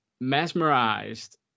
mesmerized